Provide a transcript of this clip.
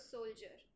Soldier